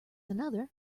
another